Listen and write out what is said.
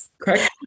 Correct